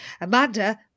Amanda